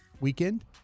weekend